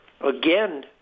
again